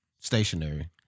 Stationary